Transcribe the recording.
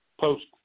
post